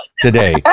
today